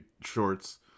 shorts